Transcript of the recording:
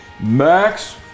Max